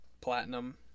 Platinum